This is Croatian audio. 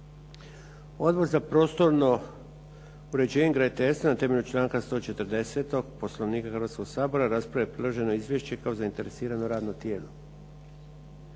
Odbor za prostorno uređenje i graditeljstvo na temelju članka 140. Poslovnika Hrvatskoga sabora raspravilo je priloženo izvješće kao zainteresirano radno tijelo.